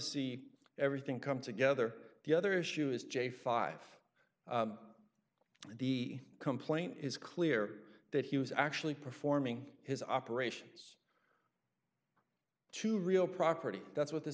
see everything come together the other issue is j five the complaint is clear that he was actually performing his operations to real property that's what this